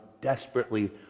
desperately